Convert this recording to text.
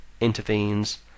intervenes